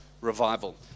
revival